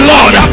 Lord